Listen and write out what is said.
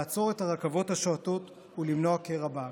לעצור את הרכבות השועטות ולמנוע קרע בעם.